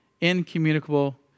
Incommunicable